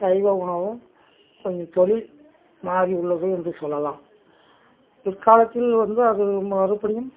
சைவ உணவகம் கொஞ்சம் தொழில் மாறி உள்ளது என்று சொல்லலாம் பிற்காலத்தில் வந்து அது மறுபடியும்